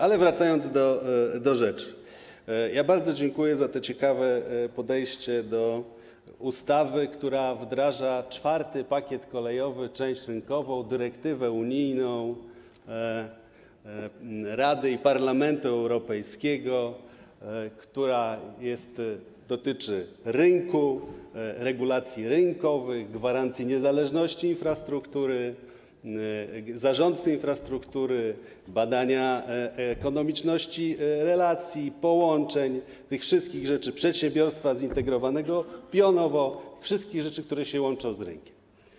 Ale wracając do rzeczy, bardzo dziękuję za to ciekawe podejście do ustawy, która wdraża IV pakiet kolejowy, część rynkową, unijną dyrektywę Rady i Parlamentu Europejskiego, która dotyczy rynku, regulacji rynkowych, gwarancji niezależności infrastruktury, zarządcy infrastruktury, badania ekonomiczności relacji, połączeń, przedsiębiorstwa zintegrowanego pionowo, wszystkich rzeczy, które się łączą z rynkiem.